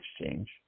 Exchange